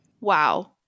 Wow